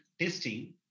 testing